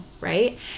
right